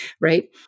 Right